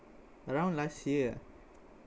around last year ah